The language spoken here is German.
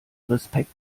respekt